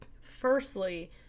Firstly